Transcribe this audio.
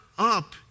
up